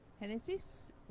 Genesis